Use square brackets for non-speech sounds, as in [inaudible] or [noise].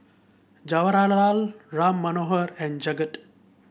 [unintelligible] Ram Manohar and Jagat